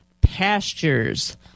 pastures